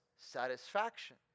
satisfaction